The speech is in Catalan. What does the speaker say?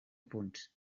punts